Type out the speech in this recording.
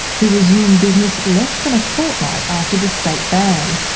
who resumed business less than a fortnight after the state ban.